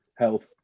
health